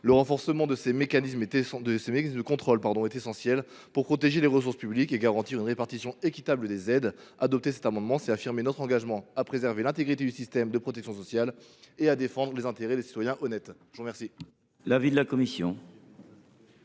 Le renforcement de ces mécanismes de contrôle est essentiel pour protéger les ressources publiques et garantir une répartition équitable des aides. Adopter cet amendement, c’est affirmer notre engagement à préserver l’intégrité du système de protection sociale et à défendre les intérêts des citoyens honnêtes. Quel